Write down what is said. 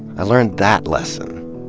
i learned that lesson.